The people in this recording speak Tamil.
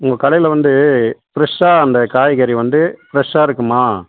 உங்கள் கடையில் வந்து ஃப்ரெஷ்ஷாக அந்த காய்கறி வந்து ஃப்ரெஷ்ஷாக இருக்கும்மா